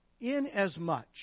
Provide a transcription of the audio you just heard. Inasmuch